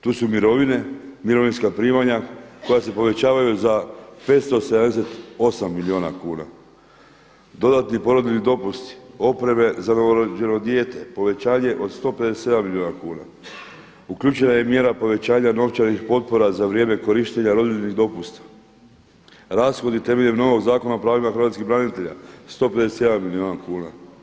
Tu su mirovine, mirovinska primanja koja se povećavaju za 578 milijuna kuna, dodatni porodiljni dopusti, opreme za novorođeno dijete, povećanje od 157 milijuna kuna, uključena je mjera povećanja novčanih potpora za vrijeme korištenja rodiljnih dopusta, rashodi temeljem novog Zakona o pravima hrvatskih branitelj 151 milijun kuna.